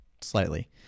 slightly